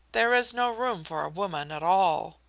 there is no room for a woman at all.